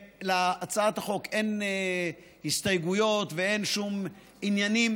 להצעת החוק אין הסתייגויות ואין שום עניינים.